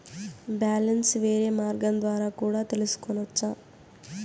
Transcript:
Balance వేరే మార్గం ద్వారా కూడా తెలుసుకొనొచ్చా?